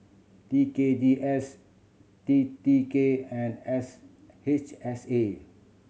T K G S T T K and S H S A